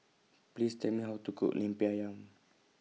Please Tell Me How to Cook Lemper Ayam